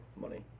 money